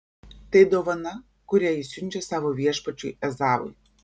tai dovana kurią jis siunčia savo viešpačiui ezavui